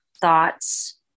thoughts